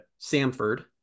Samford